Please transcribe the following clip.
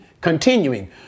continuing